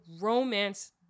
romance